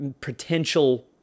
potential